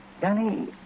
Danny